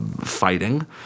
fighting